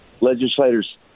legislators